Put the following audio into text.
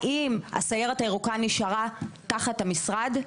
האם הסיירת הירוקה נשארה תחת המשרד?